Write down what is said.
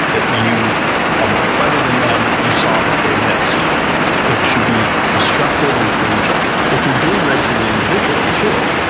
that you are more clever than them, that you saw what they missed it should be constructive and collegial. if you're doing red teaming individually too,